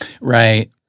Right